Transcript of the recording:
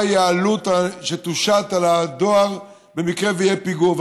מהי העלות שתושת על הדואר במקרה שיהיה פיגור.